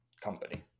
company